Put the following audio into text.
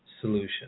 solution